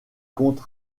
comte